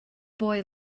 boy